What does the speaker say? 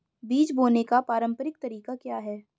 बीज बोने का पारंपरिक तरीका क्या है?